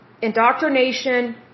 indoctrination